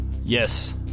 Yes